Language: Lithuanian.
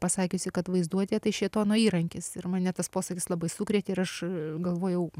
pasakiusi kad vaizduotė tai šėtono įrankis ir mane tas posakis labai sukrėtė ir aš galvojau